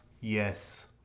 Yes